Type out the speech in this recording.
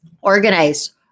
organize